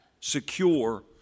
secure